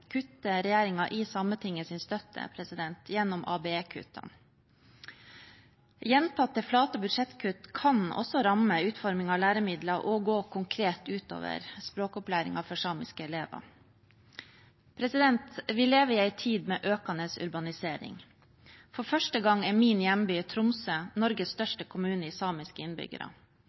kutter regjeringen i Sametingets støtte gjennom ABE-kuttene. Gjentatte flate budsjettkutt kan også ramme utforming av læremidler og gå konkret ut over språkopplæringen for samiske elever. Vi lever i en tid med økende urbanisering. For første gang er min hjemby, Tromsø, Norges største kommune når det gjelder antall samiske innbyggere.